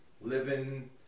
living